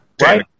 right